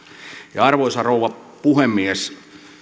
arvoisa rouva puhemies